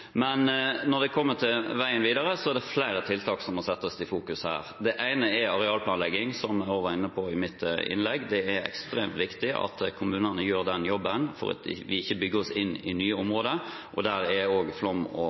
Men når det kommer til veien videre, er det flere tiltak som må settes i fokus. Det ene er arealplanlegging, som jeg også var inne på i mitt innlegg. Det er ekstremt viktig at kommunene gjør den jobben, slik at vi ikke bygger oss inn i nye områder, og der er også flom- og